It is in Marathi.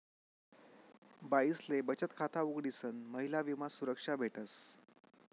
बाईसले बचत खाता उघडीसन महिला विमा संरक्षा भेटस